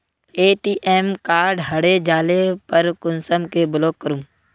ATM card हरे जाले पर कुंसम के ब्लॉक करूम?